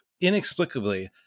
inexplicably